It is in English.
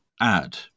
add